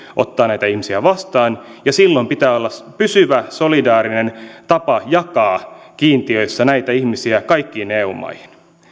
ottaa näitä ihmisiä vastaan ja silloin pitää olla pysyvä solidaarinen tapa jakaa kiintiöissä näitä ihmisiä kaikkiin eu maihin